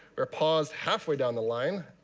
we're paused halfway down the line,